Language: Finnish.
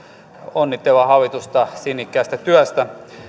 onnitella hallitusta sinnikkäästä työstä